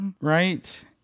right